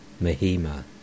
Mahima